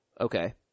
Okay